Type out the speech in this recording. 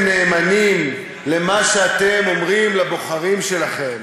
נאמנים למה שאתם אומרים לבוחרים שלכם